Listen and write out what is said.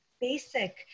basic